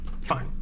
Fine